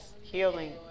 healing